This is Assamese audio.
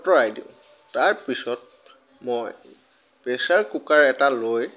আঁতৰাই দিওঁ তাৰপিছত মই প্ৰেছাৰ কুকাৰ এটা লৈ